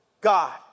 God